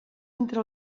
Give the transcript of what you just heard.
entre